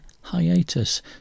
hiatus